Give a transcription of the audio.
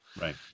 Right